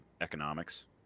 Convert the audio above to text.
economics